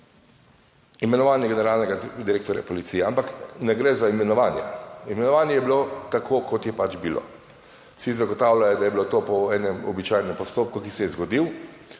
imenovanje generalnega direktorja policije. Ampak ne gre za imenovanje, imenovanje je bilo táko kot je pač bilo. Vsi zagotavljajo, da je bilo to po enem običajnem postopku, ki se je zgodil,